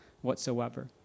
whatsoever